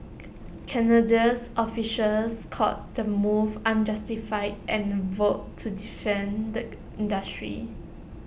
Canadians officials called the move unjustified and vowed to defend the industry